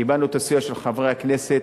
קיבלנו את הסיוע של חברי הכנסת,